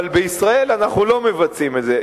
אבל בישראל אנחנו לא מבצעים את זה.